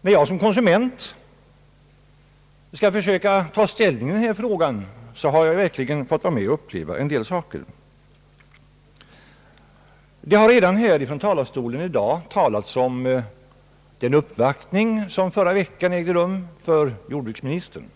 När jag som konsument försökt ta ställning i denna fråga har jag verkligen fått uppleva en del saker. Det har redan från talarstolen här i dag talats om den uppvaktning som ägde rum för jordbruksministern i förra veckan.